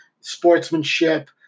sportsmanship